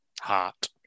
heart